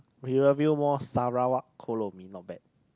Rivervale-Mall Sarawak Kolo-Mee not bad